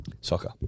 Soccer